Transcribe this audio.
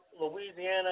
Louisiana